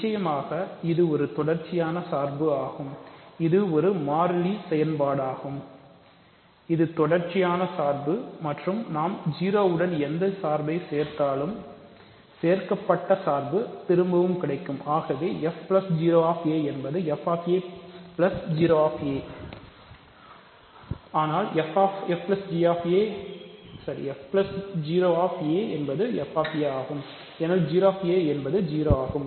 நிச்சயமாக இது ஒரு தொடர்ச்சியான சார்பு ஆகும் இது ஒரு மாறிலி செயல்பாடாகும் இது தொடர்ச்சியான சார்பு என்பது 0 ஆகும்